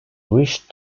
wished